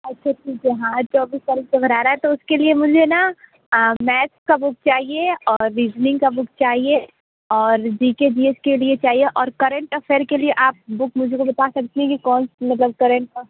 अच्छा ठीक है हाँ चौबीस तारीख़ से भरा रहा है तो उसके लिए मुझे ना मैथ्स की बुक चाहिए और रिजनिंग की बुक चाहिए और जी के जी एस के लिए चाहिए और करेंट अफेयर के लिए आप बुक मुझे कोई बता सकती है कि कौन सी मतलब करेंट का